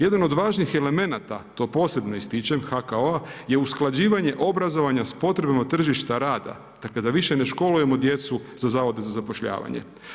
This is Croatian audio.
Jedan od važnijih elemenata, to posebno ističem, HKO-a, je usklađivanje obrazovanja s potrebama tržišta rada, dakle da više ne školujemo djecu za zavode za zapošljavanje.